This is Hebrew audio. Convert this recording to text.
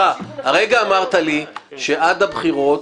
הרגע אמרת לי שעד הבחירות,